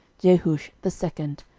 jehush the second,